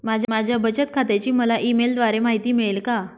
माझ्या बचत खात्याची मला ई मेलद्वारे माहिती मिळेल का?